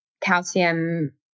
calcium